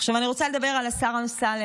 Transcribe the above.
עכשיו אני רוצה לדבר על השר אמסלם,